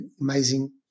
amazing